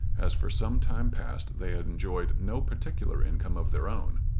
as for some time past they had enjoyed no particular income of their own.